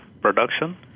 production